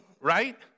right